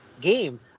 game